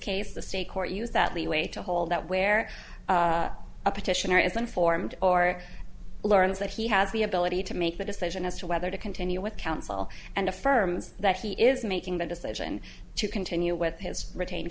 case the state court use that leeway to hold that where a petitioner is informed or learns that he has the ability to make the decision as to whether to continue with counsel and affirms that he is making the decision to continue with his retain